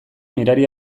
mirari